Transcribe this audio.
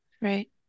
Right